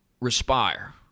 respire